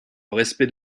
respect